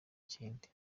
kindi